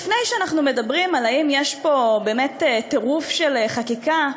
לפני שאנחנו אומרים אם יש פה טירוף של חקיקה,